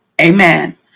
Amen